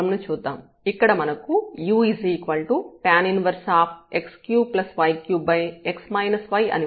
ఇక్కడ మనకు u tan 1x3y3x yఅని ఉంది మరియు